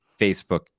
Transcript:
Facebook